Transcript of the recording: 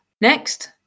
Next